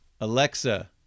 Alexa